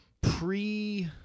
pre